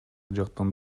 жактан